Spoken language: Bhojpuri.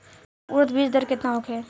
उरद बीज दर केतना होखे?